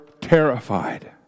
terrified